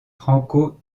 franco